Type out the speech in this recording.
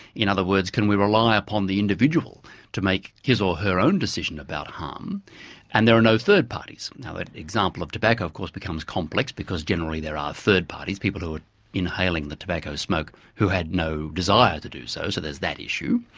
in other words can we rely upon the individual to make his or her own decision about harm and there are no third parties? now the example of tobacco of course becomes complex because generally there are third parties, people who are inhaling the tobacco smoke who had no desire to do so. so there's that issue.